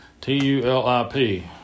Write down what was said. T-U-L-I-P